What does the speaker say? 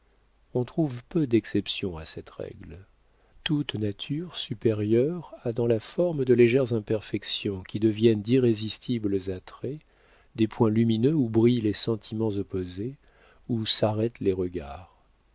on trouve peu d'exceptions à cette règle toute nature supérieure a dans la forme de légères imperfections qui deviennent d'irrésistibles attraits des points lumineux où brillent les sentiments opposés où s'arrêtent les regards